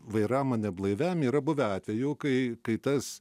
vairavimą neblaiviam yra buvę atvejų kai kai tas